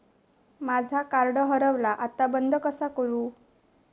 माझा कार्ड हरवला आता बंद कसा करू?